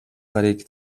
гарыг